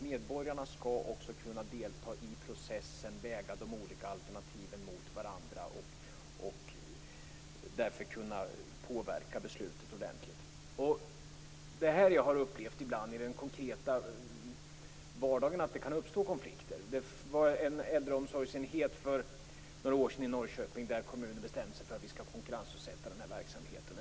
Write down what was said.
Medborgarna skall också kunna delta i processen och väga de olika alternativen mot varandra för att därmed kunna påverka beslutet. I den konkreta vardagen har jag upplevt att det kan uppstå konflikter. För några år sedan beslutade sig Norrköpings kommun för att konkurrensutsätta verksamheten vid en äldreomsorgsenhet där.